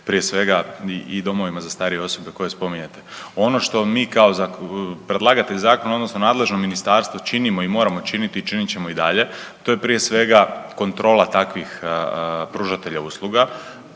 prije svega i domovima za starije osobe koje spominjete. Ono što mi kao predlagatelj zakona odnosno nadležno ministarstvo činimo i moramo činiti, činit ćemo i dalje. To je prije svega kontrola takvih pružatelja usluga.